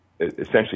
essentially